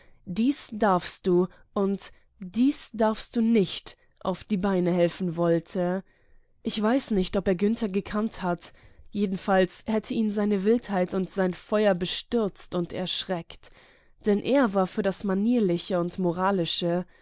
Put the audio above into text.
dies darfst du und dies darfst du nicht auf die beine helfen wollte ich weiß nicht ob er günther gekannt hat jedenfalls hätten ihn seine wildheit und sein feuer bestürzt und erschreckt er war für das manierliche und moralische